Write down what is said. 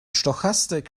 stochastik